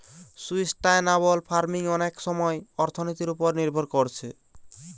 sustainable farming অনেক সময় অর্থনীতির উপর নির্ভর কোরছে